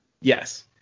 Yes